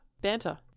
Banter